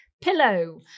pillow